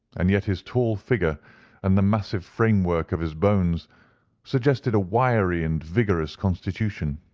and yet his tall figure and the massive framework of his bones suggested a wiry and vigorous constitution.